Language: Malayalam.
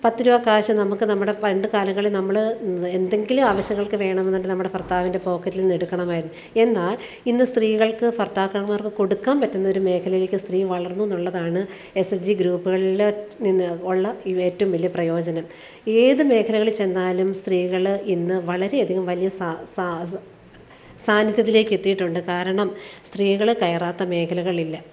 പത്ത് രൂപ കാശ് നമുക്ക് നമ്മുടെ പണ്ട് കാലങ്ങളിൽ നമ്മൾ എന്തെങ്കിലും ആവശ്യങ്ങൾക്ക് വേണമെന്നുണ്ടെങ്കിൽ നമ്മുടെ ഭർത്താവിൻ്റെ പോക്കറ്റിൽ നിന്ന് എടുക്കണമായിരുന്നു എന്നാൽ ഇന്ന് സ്ത്രീകൾക്ക് ഭർത്താക്കന്മാർക്ക് കൊടുക്കാൻ പറ്റുന്ന ഒരു മേഖലയിലേക്ക് സ്ത്രീ വളർന്നു എന്നുള്ളതാണ് എസ് എസ് ജി ഗ്രൂപ്പുകളിൽ നിന്ന് ഉള്ള ഏറ്റവും വലിയ പ്രയോജനം ഏത് മേഖലകളിൽ ചെന്നാലും സ്ത്രീകൾ ഇന്ന് വളരെയധികം വലിയ സാന്നിധ്യത്തിലേക്ക് എത്തിയിട്ടുണ്ട് കാരണം സ്ത്രീകൾ കയറാത്ത മേഖലകളില്ല